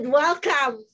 welcome